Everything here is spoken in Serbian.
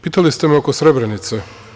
Pitali ste me oko Srebrenice.